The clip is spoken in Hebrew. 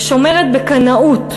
ושומרת בקנאות,